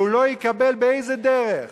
שהוא לא יקבל באיזו דרך